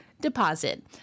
deposit